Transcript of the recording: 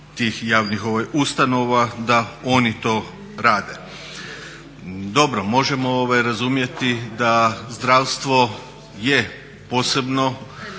da oni to rade. Dobro, možemo razumjeti da zdravstvo je posebno,